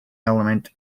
element